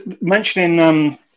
Mentioning